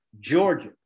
Georgia